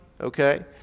okay